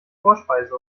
vorspeise